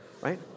right